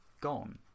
gone